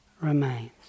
remains